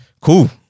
Cool